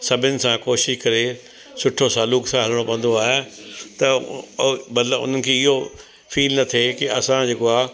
सभिनि सां कोशिशि करे सुठो सालूक सां हलणो पवंदो आहे त ओ मतिलबु उन्हनि खे इहो फील न थिए कि असां जेको आहे कोई अहिड़ो कमु कयूं था जंहिंमे उनखे मतिलबु उन्हनि खे इहो फील न थिए कि असां जेको आहे